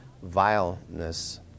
vileness